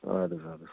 اَدٕ حظ اَدٕ حظ